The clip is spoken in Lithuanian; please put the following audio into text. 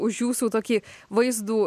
už jūsų tokį vaizdų